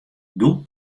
doe